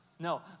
No